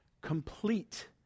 complete